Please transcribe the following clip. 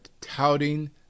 touting